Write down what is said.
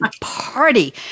Party